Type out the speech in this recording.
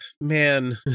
man